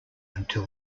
until